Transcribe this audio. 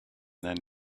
then